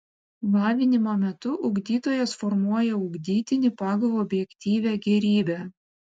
lavinimo metu ugdytojas formuoja ugdytinį pagal objektyvią gėrybę